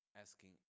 asking